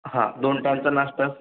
हां दोन टाईमचा नाश्ताच